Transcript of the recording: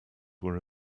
were